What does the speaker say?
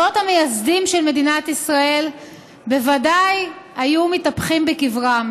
האבות המייסדים של מדינת ישראל בוודאי היו מתהפכים בקברם.